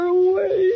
away